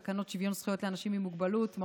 תקנות שוויון זכויות לאנשים עם מוגבלות,